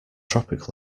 tropic